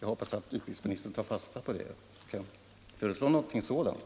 Jag hoppas att utbildningsministern vill föreslå något sådant.